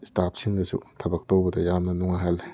ꯏꯁꯇꯥꯞꯁꯤꯡꯗꯁꯨ ꯊꯕꯛ ꯇꯧꯕꯗ ꯌꯥꯝꯅ ꯅꯨꯡꯉꯥꯏꯍꯜꯂꯦ